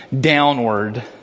downward